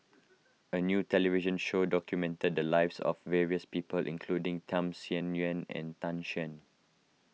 a new television show documented the lives of various people including Tham Sien Yuen and Tan Shen